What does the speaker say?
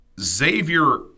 Xavier